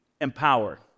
empower